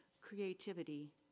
creativity